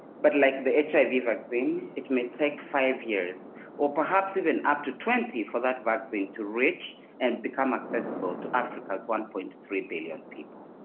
but like the hiv yeah vaccine, it may take five years or perhaps even up to twenty for that vaccine to reach and become accessible to africa's one point three billion people.